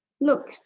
Look